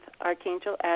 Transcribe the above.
Archangel